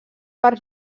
per